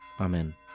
Amen